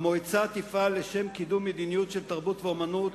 "המועצה תפעל לשם קידום מדיניות של תרבות ואמנות